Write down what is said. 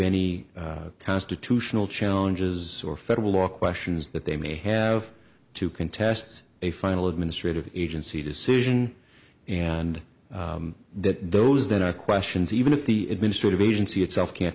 any constitutional challenges or federal law questions that they may have to contests a final administrative agency decision and that those then are questions even if the administrative agency itself can't